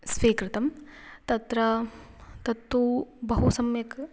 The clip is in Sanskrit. स्वीकृतं तत्र तत्तु बहु सम्यक्